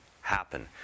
happen